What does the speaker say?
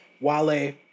Wale